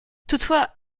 toutefois